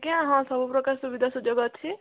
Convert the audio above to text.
ଆଜ୍ଞା ହଁ ସବୁପ୍ରକାର ସୁବିଧା ସୁଯୋଗ ଅଛି